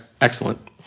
excellent